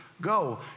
Go